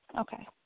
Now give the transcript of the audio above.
Okay